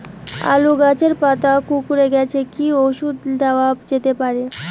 আলু গাছের পাতা কুকরে গেছে কি ঔষধ দেওয়া যেতে পারে?